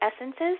essences